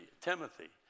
Timothy